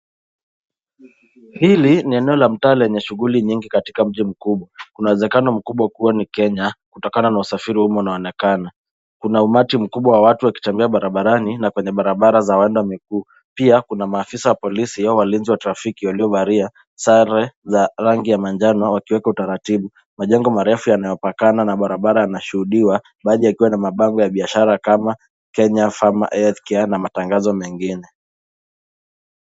Hili ni eneo la mtaa lenye shughuli nyingi katika mji mkubwa. Kuna uwezekano mkubwa kuwa ni Kenya, kutokana na usafiri wa umma unaoonekana. Kuna umati mkubwa wa watu wakitembea barabarani, na pana barabara za wana miguu. Pia, kuna maafisa wa polisi au walinzi wa trafiki waliovalia sare za rangi ya manjano wakiweka utaratibu. Majengo marefu yanayopakana na barabara yanashuhudiwa, baadhi yakiwa na mabango ya biashara kama Kenya Farmer Health Care na matangazo mengine.